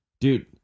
Dude